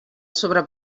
sobre